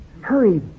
hurry